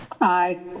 Aye